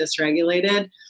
dysregulated